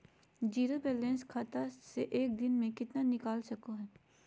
Zero balance खाता से एक दिन में कितना निकाल सको है?